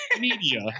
media